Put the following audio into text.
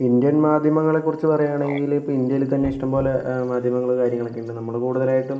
Indian മാധ്യമങ്ങളെ കുറിച്ച് പറയുകയാണെങ്കിൽ ഇപ്പം ഇന്ത്യയിൽ തന്നെ ഇഷ്ടം പോലെ മാധ്യമങ്ങൾ കാര്യങ്ങൾ ഒക്കെ ഉണ്ട് നമ്മൾ കൂടുതലായിട്ടും